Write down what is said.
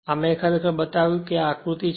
આ મેં ખરેખર બતાવ્યું કે આ આકૃતિ છે